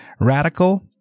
Radical